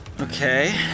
Okay